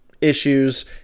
issues